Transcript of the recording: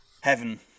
heaven